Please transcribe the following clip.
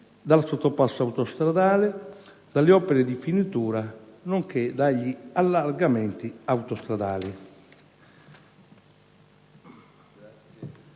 dal sottopasso autostradale, dalle opere di finitura nonché dagli allargamenti autostradali.